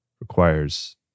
requires